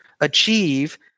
achieve